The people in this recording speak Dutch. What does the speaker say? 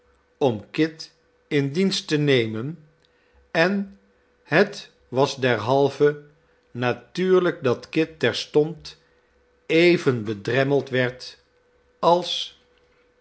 om kit in dienst te nemen en het was derhalve natuurlijk dat kit terstond even bedremmeld werd als